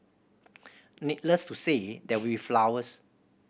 needless to say there will flowers